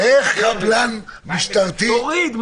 איך חבלן משטרתי --- תוריד.